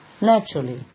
naturally